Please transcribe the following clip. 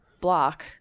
block